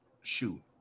shoot